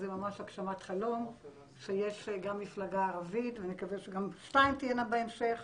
זה ממש הגשמת חלום שיש גם מפלגה ערבית ונקווה שגם שתיים תהיינה בהמשך,